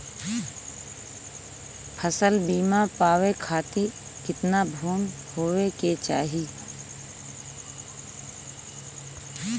फ़सल बीमा पावे खाती कितना भूमि होवे के चाही?